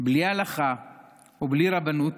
בלי הלכה ובלי רבנות,